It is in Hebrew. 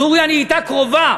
סוריה נהייתה קרובה,